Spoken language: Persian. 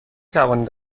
توانید